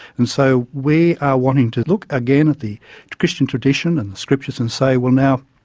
and so we are wanting to look again at the christian tradition and the scriptures and say, well now,